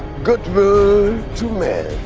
goodwill to men,